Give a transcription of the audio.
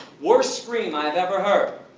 worse scream i have ever heard!